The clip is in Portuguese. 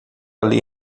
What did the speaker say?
ali